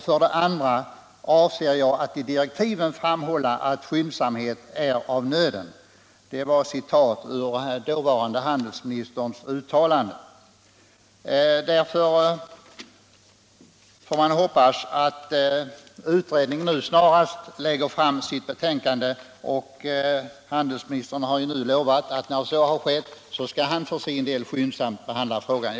För det andra avser jag att i direktiven framhålla att skyndsamhet är av nöden.” Man får därför hoppas att utredningen snarast lägger fram sitt betänkande. Handelsministern har nu lovat att han för sin del, när så har skett, skyndsamt skall behandla frågan.